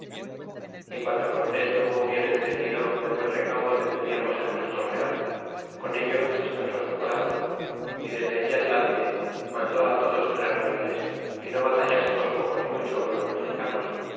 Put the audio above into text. y guando cortés lo hubo bien entendido del buen recaudo que teníamos en nuestro real con ello descansó su corazon y desde allí adelante mandó todos tres reales que no batailasemos poco ni mucho con los mexicanos